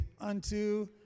unto